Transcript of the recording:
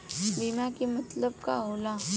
बीमा के मतलब का होला?